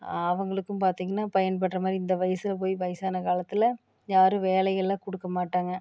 அவங்களுக்கும் பார்த்திங்கன்னா பயன்படுகிறமாதிரி இந்த வயதில் போய் வயதான காலத்தில் யாரும் வேலைகள்லாம் கொடுக்க மாட்டாங்க